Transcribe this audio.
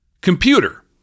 computer